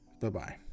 Bye-bye